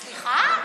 סליחה?